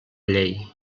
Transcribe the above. llei